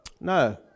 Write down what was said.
No